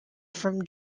from